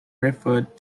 referred